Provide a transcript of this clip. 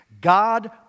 God